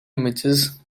images